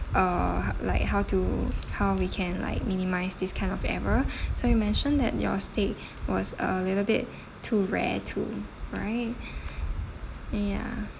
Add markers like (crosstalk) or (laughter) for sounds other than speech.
uh h~ like how to how we can like minimise this kind of error (breath) so you mentioned that your steak (breath) was a little bit (breath) too rare too right (breath) ya